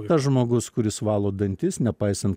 tas žmogus kuris valo dantis nepaisant